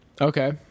Okay